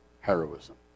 heroism